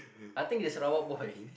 I think it's Sarawak boy